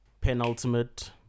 Penultimate